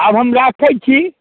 आब हम रखैत छी